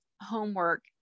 homework